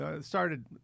Started